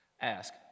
ask